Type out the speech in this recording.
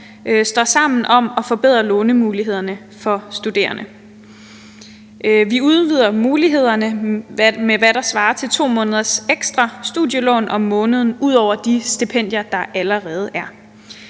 står sammen om at forbedre lånemulighederne for studerende. Vi udvider mulighederne med, hvad der svarer til 2 måneders ekstra studielån om måneden, ud over de stipendier, der allerede er.